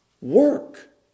Work